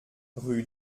rue